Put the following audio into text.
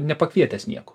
nepakvietęs nieko